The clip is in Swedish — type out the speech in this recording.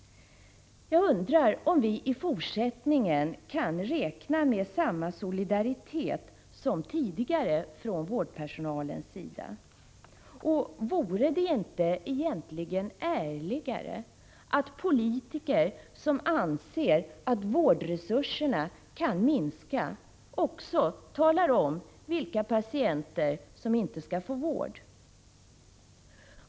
Jag undrar om vi i fortsättningen kan räkna med samma solidaritet som tidigare från vårdpersonalens sida. Vore det inte egentligen ärligare att politiker som anser att vårdresurserna kan minska också talade om vilka patienter som inte skall ha vård?